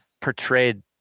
portrayed